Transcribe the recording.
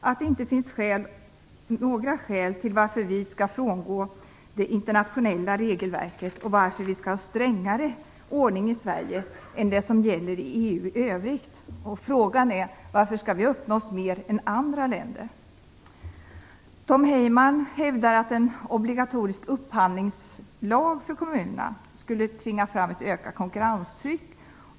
Vi anser inte att det finns några skäl till varför vi i detta fall skall frångå det internationella regelverket och varför vi skall ha en strängare ordning i Sverige än vad som gäller inom EU i övrigt. Varför skall vi öppna oss mer än andra länder? Tom Heyman hävdar att en obligatorisk upphandlingslag för kommunerna skulle tvinga fram ett ökat konkurrenstryck.